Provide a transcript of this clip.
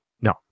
No